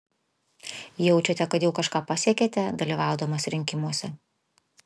jaučiate kad jau kažką pasiekėte dalyvaudamas rinkimuose